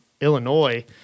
Illinois